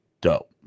dope